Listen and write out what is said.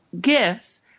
gifts